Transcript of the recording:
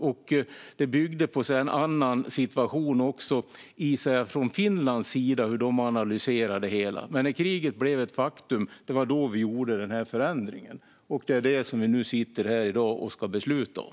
Så var det även från Finlands sida i hur de analyserade det hela. Men när kriget var ett faktum gjorde vi den här förändringen, och det är detta som vi i dag ska besluta om.